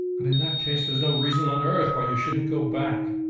and in that case there's no reason on earth why you shouldn't go back?